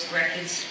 records